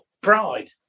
pride